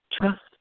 trust